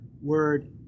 word